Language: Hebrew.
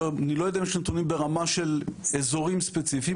אני לא יודע אם יש נתונים ברמה של אזורים ספציפיים,